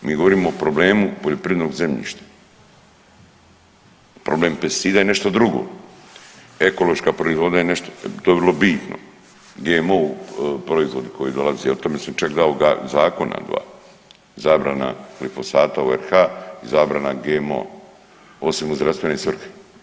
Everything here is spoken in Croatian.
Mi govorimo o problemu poljoprivrednog zemljišta, problem pesticida je nešto drugo, ekološka proizvodnja je nešto, to je vrlo bitno, GMO proizvodi koji dolaze o tome sam čak dao zakona dva, zabrana glifosata u RH i zabrana GMO osim u zdravstvene svrhe.